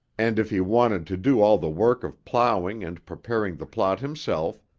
and if he wanted to do all the work of plowing and preparing the plot himself,